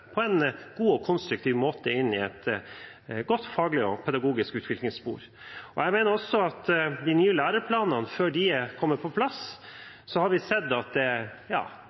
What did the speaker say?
på en god og konstruktiv måte inn i et godt faglig og pedagogisk utviklingsspor. Jeg mener også at før de nye læreplanene har kommet på plass, har vi sett at det ikke er